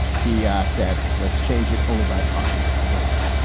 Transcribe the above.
he said, let's change it only by popular vote.